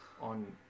on